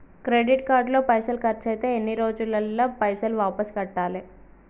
Credit card లో పైసల్ ఖర్చయితే ఎన్ని రోజులల్ల పైసల్ వాపస్ కట్టాలే?